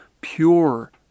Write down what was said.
pure